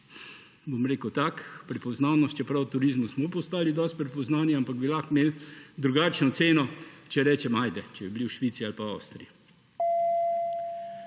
bom rekel, tako prepoznavnost, čeprav v turizmu smo postali dosti prepoznavni, ampak bi lahko imeli drugačno ceno, če rečem na primer, da bi bili v Švici ali pa v Avstriji.